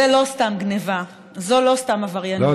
זו לא סתם גנבה, זו לא סתם עבריינות.